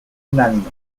unánime